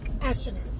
Astronaut